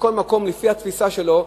בכל מקום לפי התפיסה שלו,